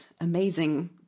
amazing